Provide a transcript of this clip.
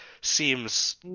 seems